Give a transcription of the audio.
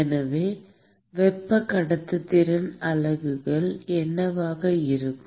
எனவே வெப்ப கடத்துத்திறன் அலகுகள் என்னவாக இருக்கும்